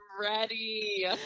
ready